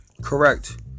correct